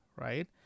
Right